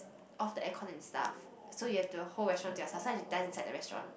off the aircon and stuff so you have the whole restaurant to yourself so I should dance inside the restaurant